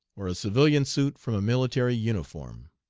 or a civilian suit from a military uniform.